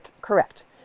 Correct